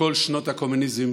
בכל שנות הקומוניזם,